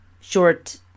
short